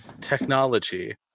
technology